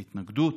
ההתנגדות,